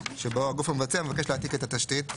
שבו הגוף המבצע מבקש להעתיק את התשתית.